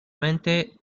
únicamente